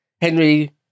Henry